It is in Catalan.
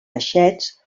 peixets